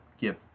give